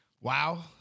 wow